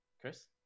Chris